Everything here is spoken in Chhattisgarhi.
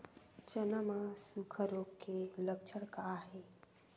चना म सुखा रोग के लक्षण का हे?